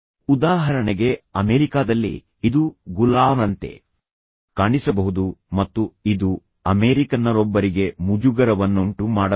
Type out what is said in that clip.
ಉದಾಹರಣೆಗೆ ಅಮೆರಿಕಾದಲ್ಲಿ ಇದು ಗುಲಾಮರಂತೆ ಕಾಣಿಸಬಹುದು ಮತ್ತು ಇದು ಅಮೆರಿಕನ್ನರೊಬ್ಬರಿಗೆ ಮುಜುಗರವನ್ನುಂಟು ಮಾಡಬಹುದು